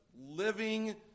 living